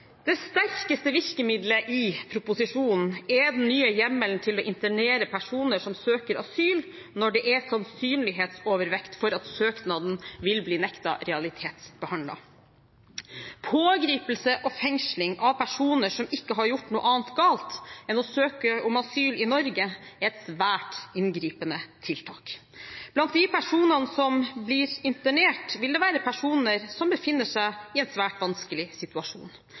Det sterkeste virkemidlet i proposisjonen er den nye hjemmelen til å internere personer som søker asyl, når det er sannsynlighetsovervekt for at søknaden vil bli nektet realitetsbehandling. Pågripelse og fengsling av personer som ikke har gjort noe annet galt enn å søke asyl i Norge, er et svært inngripende tiltak. Blant de personene som blir internert, vil det være personer som befinner seg i en svært vanskelig situasjon.